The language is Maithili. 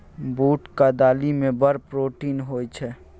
बूटक दालि मे बड़ प्रोटीन होए छै